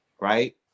right